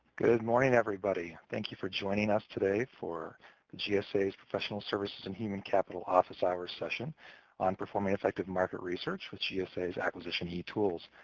good morning, everybody. thank you for joining us today for gsa's professional services and human capital office hours session on performing effective market research with gsa acquisition etools.